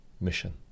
mission